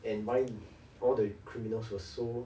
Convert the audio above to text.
and why all the criminals were so